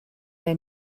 they